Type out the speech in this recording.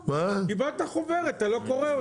קיבלת חוברת, אתה לא קורא אותה.